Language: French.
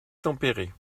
tempérées